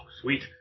sweet